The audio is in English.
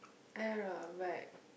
I don't know but